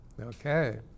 Okay